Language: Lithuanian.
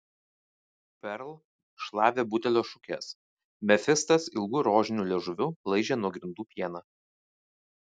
perl šlavė butelio šukes mefistas ilgu rožiniu liežuviu laižė nuo grindų pieną